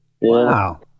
Wow